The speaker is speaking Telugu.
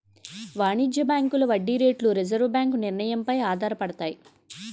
వాణిజ్య బ్యాంకుల వడ్డీ రేట్లు రిజర్వు బ్యాంకు నిర్ణయం పై ఆధారపడతాయి